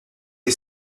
est